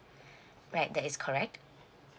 right that is correct